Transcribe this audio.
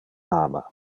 ama